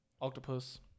Octopus